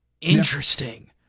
Interesting